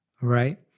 right